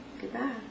Goodbye